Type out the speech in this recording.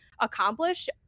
accomplish